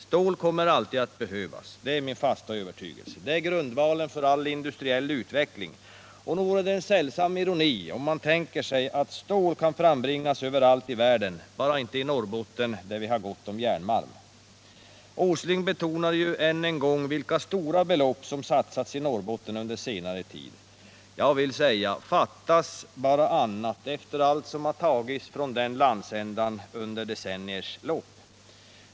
Stål kommer alltid att behövas, det är min fasta övertygelse. Det är grundvalen för all industriell utveckling. Och nog vore det en sällsam ironi om man tänkte sig att stål kan frambringas överallt i världen bara inte i Norrbotten där vi har gott om järnmalm. Nils Åsling betonade än en gång vilka stora belopp som satsats i Norrbotten under senare tid. Fattas bara annat efter allt som har tagits från den landsändan under decennier!